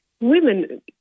Women